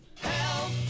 Help